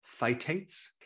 phytates